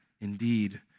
indeed